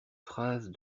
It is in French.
phrases